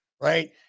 right